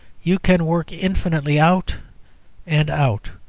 you can work infinitely out and out,